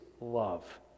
love